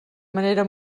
manera